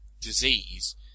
disease